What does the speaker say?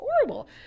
horrible